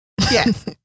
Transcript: Yes